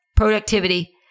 Productivity